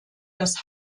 das